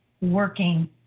working